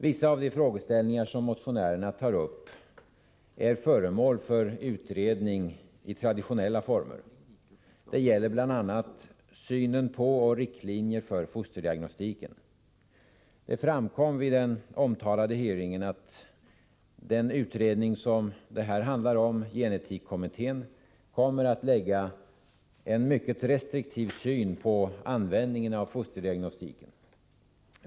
Vissa av de frågeställningar som motionärerna tar upp är föremål för utredning i traditionella former. Det gäller bl.a. synen på och riktlinjer för fosterdiagnostiken. Det framkom vid den omtalade hearingen att genetikkommittén kommer att lägga en mycket restriktiv syn på användningen av fosterdiagnostiken.